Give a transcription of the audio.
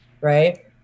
Right